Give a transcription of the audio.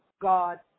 God